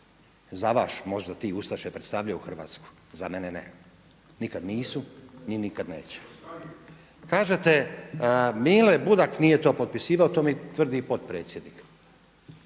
Za vas možda ti ustaše predstavljaju Hrvatsku, za mene ne, nikad nisu, ni nikad neće. Kažete Mile Budak nije to potpisivao to mi tvrdi i potpredsjednik.